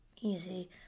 easy